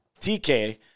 TK